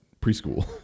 preschool